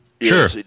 sure